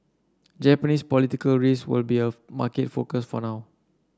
Japanese political risk will be a market focus for now